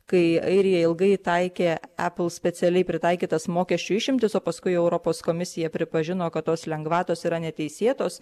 kai airija ilgai taikė apple specialiai pritaikytas mokesčių išimtis o paskui europos komisija pripažino kad tos lengvatos yra neteisėtos